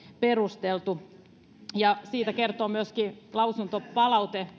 perusteltu siitä kertoo myöskin lausuntopalaute